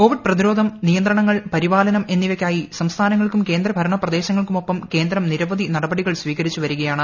Covid പ്രതിരോധം നിയന്ത്രണങ്ങൾ പരിപാലനം ഏന്നിവയ്ക്കായി സംസ്ഥാനങ്ങൾക്കും കേന്ദ്രഭരണ പ്രദേശങ്ങൾക്കുക്മാ്പ്പം കേന്ദ്രം നിരവധി നടപടികൾ സ്വീകരിച്ചുവരികയാണ്